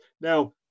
Now